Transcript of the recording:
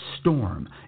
storm